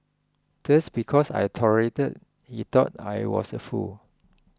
just because I tolerated he thought I was a fool